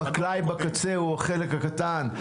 החקלאי בקצה הוא החלק הקטן,